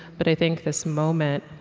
but, i think, this moment,